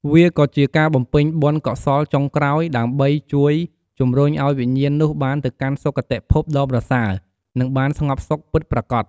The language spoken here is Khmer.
វាក៏ជាការបំពេញបុណ្យកុសលចុងក្រោយ ដើម្បីជួយជំរុញឱ្យវិញ្ញាណនោះបានទៅកាន់ សុគតិភព ដ៏ប្រសើរ និងបានស្ងប់សុខពិតប្រាកដ។